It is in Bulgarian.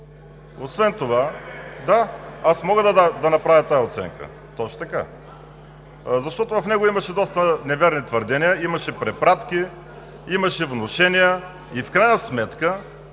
и реплики.) Да, аз мога да направя тази оценка. Точно така! Защото в него имаше доста неверни твърдения, имаше препратки, имаше внушения и в крайна сметка